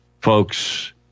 Folks